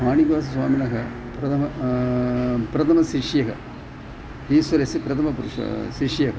हाणिग स्वामिनः प्रथमं प्रथमशिष्यः ईश्वरस्य प्रथमपुरुषः शिष्यः